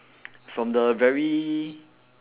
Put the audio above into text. from the very